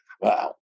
Wow